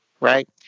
right